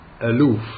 aloof